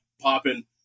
popping